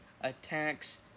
attacks